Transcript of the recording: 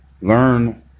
learn